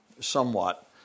somewhat